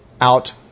out